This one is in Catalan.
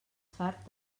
fart